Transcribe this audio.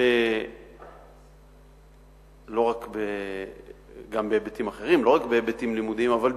לא רק בהיבטים לימודיים אלא גם בהיבטים אחרים,